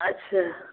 अच्छा